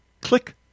Click